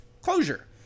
closure